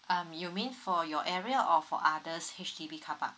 um you mean for your area or for others H_D_B carpark